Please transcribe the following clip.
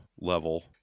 level